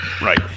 right